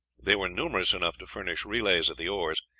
they were numerous enough to furnish relays at the oars,